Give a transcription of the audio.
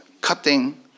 cutting